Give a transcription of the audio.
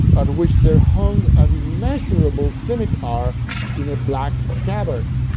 at which there hung an immeasurable scimitar in a black scabbard.